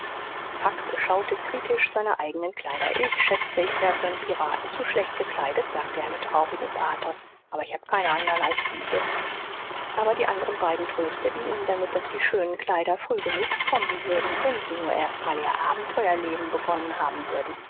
huck beschaute kritisch seine eigenen kleider ich schätze ich wäre für nen piraten zu schlecht gekleidet sagte er mit traurigem pathos aber ich hab keine anderen als diese aber die anderen beiden trösteten ihn damit daß die schönen kleider früh genug kommen würden wenn sie nur erst mal ihr abenteuerleben begonnen haben würden